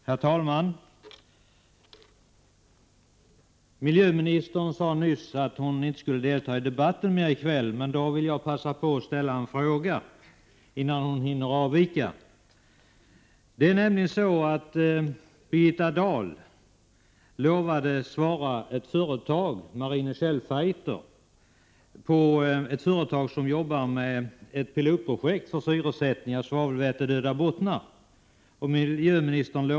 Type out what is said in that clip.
Herr talman! Miljöministern sade nyss att hon inte skulle delta i debatten mer i kväll. Jag vill passa på att ställa en fråga innan hon hinner avvika. Det är nämligen så att Birgitta Dahl i slutet av maj lovade att ge ett företag, Marine Shellfighter, som jobbar med ett pilotprojekt för syresättning av svavelvätedöda bottnar, ett svar.